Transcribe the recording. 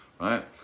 right